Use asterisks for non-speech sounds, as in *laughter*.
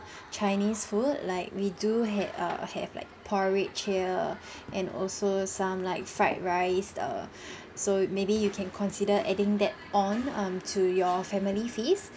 chinese food like we do have err have like porridge here *breath* and also some like fried rice err *breath* so maybe you can consider adding that on um to your family feasts